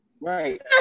Right